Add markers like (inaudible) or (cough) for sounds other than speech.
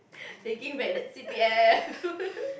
they give back that C_P_F (laughs)